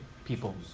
People